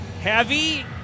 Heavy